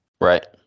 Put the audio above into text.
Right